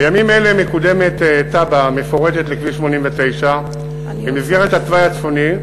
בימים אלה מקודמת תב"ע מפורטת לכביש 89 במסגרת התוואי הצפוני,